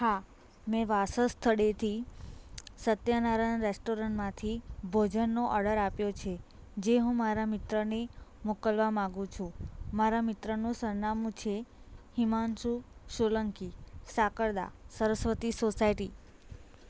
હા મેં વાસસ સ્થળેથી સત્યનારાયણ રેસ્ટોરન્ટમાંથી ભોજનનો ઓડર આપ્યો છે જે હું મારા મિત્રને મોકલવા માંગું છું મારા મિત્રનું સરનામું છે હિમાંશુ સોલંકી સાંકળદા સરસ્વતી સોસાયટી